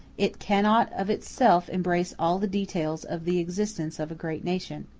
it cannot of itself embrace all the details of the existence of a great nation.